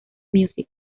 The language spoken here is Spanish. music